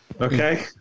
Okay